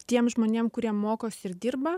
tiem žmonėm kurie mokosi ir dirba